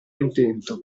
intento